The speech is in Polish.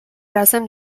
razem